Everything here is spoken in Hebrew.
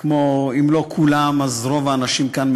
אם לא כמו כולם אז כמו רוב האנשים כאן,